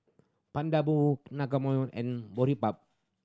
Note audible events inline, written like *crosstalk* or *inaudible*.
*unintelligible* and Boribap